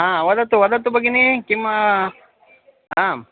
हा वदतु वदतु भगिनि किम् आम्